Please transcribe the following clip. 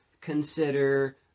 consider